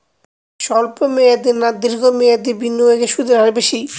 স্বল্প মেয়াদী না দীর্ঘ মেয়াদী বিনিয়োগে সুদের হার বেশী?